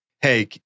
hey